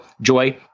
Joy